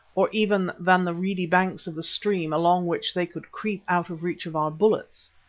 or even than the reedy banks of the stream along which they could creep out of reach of our bullets,